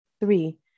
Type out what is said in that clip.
Three